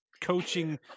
coaching